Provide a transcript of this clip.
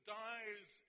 dies